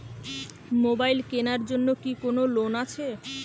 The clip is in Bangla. মোবাইল কেনার জন্য কি কোন লোন আছে?